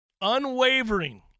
unwavering